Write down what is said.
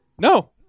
No